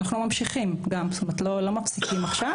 אנחנו ממשיכים ולא מפסיקים עכשיו.